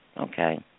Okay